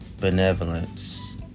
benevolence